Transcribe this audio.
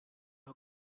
her